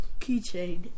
Keychain